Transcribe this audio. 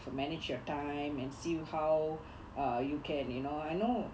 manage your time and see how uh you can you know I know